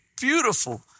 beautiful